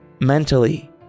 mentally